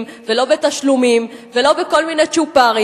ולא בתשלומים ולא בכל מיני צ'ופרים.